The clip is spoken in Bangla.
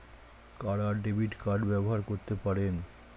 কারা ডেবিট কার্ড ব্যবহার করতে পারেন?